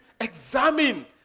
examine